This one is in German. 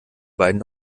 beiden